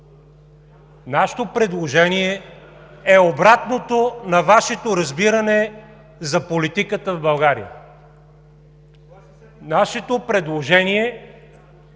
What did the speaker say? нашето предложение е обратното на Вашето разбиране за политиката в България. (Реплика